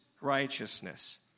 righteousness